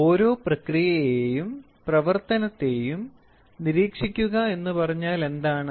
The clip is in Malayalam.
ഓരോ പ്രക്രിയയെയും പ്രവർത്തനത്തേയും നിരീക്ഷിക്കുക എന്ന് പറഞ്ഞാൽ എന്താണ്